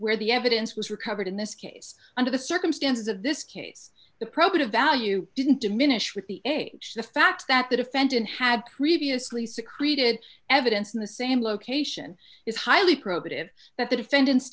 where the evidence was recovered in this case under the circumstances of this case the probative value didn't diminish with the the fact that the defendant had previously secreted evidence in the same location is highly probative that the defendant's